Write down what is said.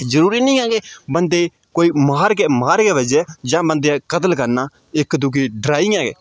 जरूरी निं ऐ की बंदे ई कोई मार गै मार गै बज्जे जां बंदे कतल करना इक दूऐ डराइयै गै